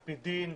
על פי דין,